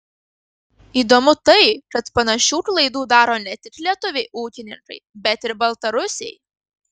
įdomu tai kad panašių klaidų daro ne tik lietuviai ūkininkai bet ir baltarusiai